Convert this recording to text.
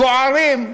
גוערים,